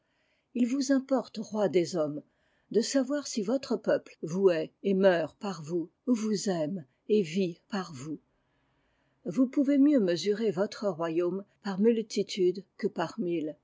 ii vous importe roi des hommes de savoir si votre peuple vous hait et meurt par vous ou vous aime et vit par vous vous pouvez mieux mesurer votre royaume par multitudes que par milles